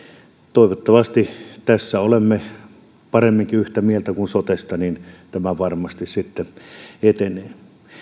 toivottavasti tästä olemme paremminkin yhtä mieltä kuin sotesta niin tämä varmasti sitten etenee